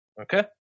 Okay